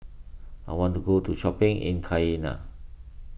I want to go to shopping in Cayenne